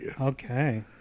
Okay